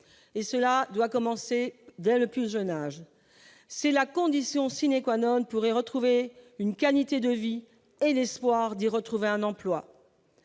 et cela doit commencer dès le plus jeune âge, c'est la condition sine qua none pour y retrouver une qualité de vie et l'espoir d'y retrouver un emploi,